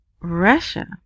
Russia